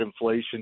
inflation